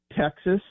Texas